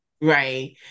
right